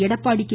Edappadi K